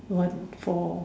what for